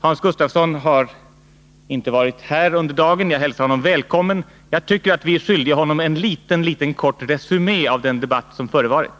Hans Gustafsson har inte varit här under dagen — jag hälsar honom välkommen — och jag tycker därför att vi är skyldiga honom en kort resumé av Nr 146 den debatt som förevarit.